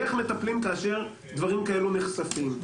היא איך מטפלים כאשר דברים כאלו נחשפים.